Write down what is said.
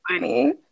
funny